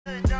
Hey